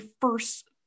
first